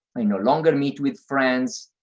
i no longer meet with friends,